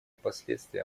последствия